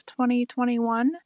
2021